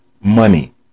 money